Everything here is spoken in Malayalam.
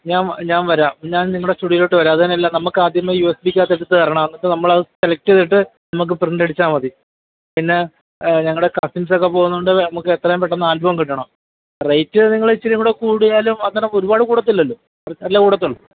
ഞാൻ വ ഞാൻ വരാം ഞാൻ നിങ്ങളുടെ സ്റ്റുഡിയോയിലോട്ടു വരാം അതു തന്നെ അല്ല നമുക്കാദ്യമേ യു എസ് ബിക്കകത്ത് എടുത്തു തരണം എന്നിട്ട് നമ്മളത് സെലക്റ്റ് ചെയ്തിട്ട് നമുക്ക് പ്രിൻറ്റ് അടിച്ചാൽ മതി പിന്നെ ഞങ്ങളുടെ കസിൻസൊക്കെ പോകുന്നതു കൊണ്ട് നമുക്കെത്രയും പെട്ടെന്ന് ആൽബവും കിട്ടണം റേറ്റ് നിങ്ങൾ ഇച്ചിരി കൂടി കൂടിയാലും അങ്ങനെ ഒരുപാട് കൂട്ടത്തില്ലല്ലോ കുറച്ചല്ലേ കൂടത്തുള്ളു